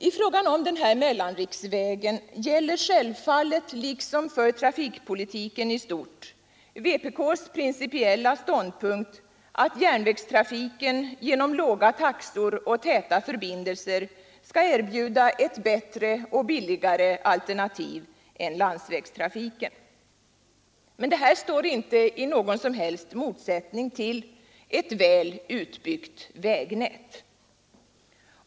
I frågan om denna mellanriksväg gäller självfallet liksom för trafikpolitiken i stort vpk:s principiella ståndpunkt att järnvägstrafiken genom låga taxor och täta förbindelser ska erbjuda ett bättre och billigare alternativ än landsvägstrafiken. Men detta står inte i någon motsättning till ett väl utbyggt vägnät.